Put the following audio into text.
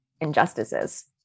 injustices